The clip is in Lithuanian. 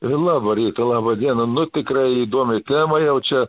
labą rytą labą dieną nu tikrai įdomi tema jau čia